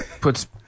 puts